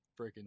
freaking